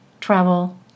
travel